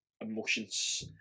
emotions